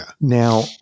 Now